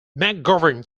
mcgovern